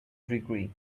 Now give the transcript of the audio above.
degree